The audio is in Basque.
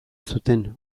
zuten